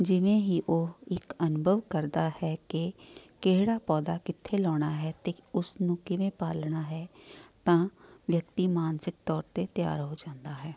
ਜਿਵੇਂ ਹੀ ਉਹ ਇੱਕ ਅਨੁਭਵ ਕਰਦਾ ਹੈ ਕਿ ਕਿਹੜਾ ਪੌਦਾ ਕਿੱਥੇ ਲਾਉਣਾ ਹੈ ਅਤੇ ਉਸਨੂੰ ਕਿਵੇਂ ਪਾਲਣਾ ਹੈ ਤਾਂ ਵਿਅਕਤੀ ਮਾਨਸਿਕ ਤੌਰ 'ਤੇ ਤਿਆਰ ਹੋ ਜਾਂਦਾ ਹੈ